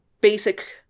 basic